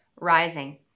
rising